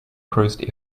cruised